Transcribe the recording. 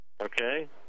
Okay